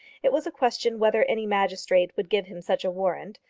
it was a question whether any magistrate would give him such a warrant,